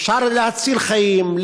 אפשר להציל חיים,